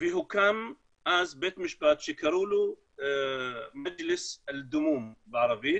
והוקם אז בית משפט שקראו מדליס אל דמום בערבית,